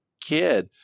kid